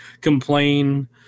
complain